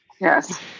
yes